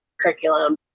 curriculum